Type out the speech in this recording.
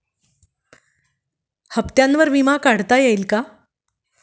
हप्त्यांवर विमा काढता येईल का?